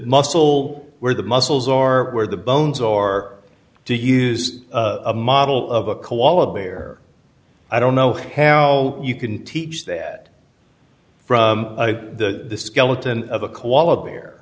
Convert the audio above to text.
muscle where the muscles are where the bones or to use a model of a koala bear i don't know how you can teach that for the skeleton of a koala